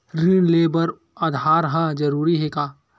ऋण ले बर आधार ह जरूरी हे का?